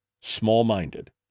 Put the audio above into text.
small-minded